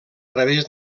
través